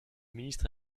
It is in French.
ministre